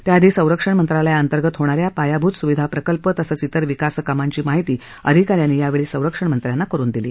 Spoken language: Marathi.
त्याआधी संरक्षण मंत्रालयाअंतर्गत होणा या पायाभूत सुविधा प्रकल्प तसंच तिर विकास कामांची माहिती अधिका यांनी यावेळी संरक्षणमंत्र्यांना दिली